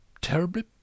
terribly